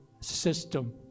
system